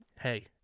hey